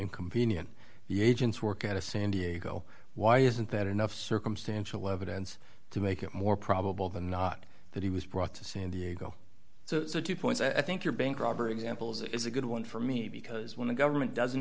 inconvenient the agents work at a san diego why isn't that enough circumstantial evidence to make it more probable than not that he was brought to san diego so two points i think your bank robber examples is a good one for me because when the government doesn't